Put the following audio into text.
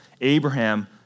Abraham